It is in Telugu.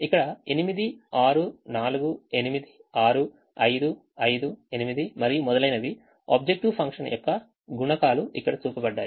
ఇక్కడ 8 6 4 8 6 5 5 8 మరియు మొదలైనవి ఆబ్జెక్టివ్ ఫంక్షన్ యొక్క గుణకాలు ఇక్కడ చూపబడ్డాయి